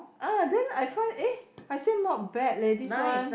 ah then I find eh I say not bad leh this one